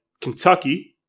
Kentucky